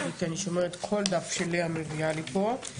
לי כי אני שומרת כל דף שליה מביאה לי פה,